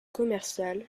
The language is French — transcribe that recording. commercial